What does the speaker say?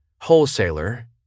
wholesaler